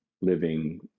living